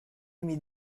mes